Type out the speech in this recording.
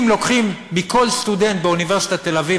אם לוקחים מכל סטודנט באוניברסיטת תל-אביב,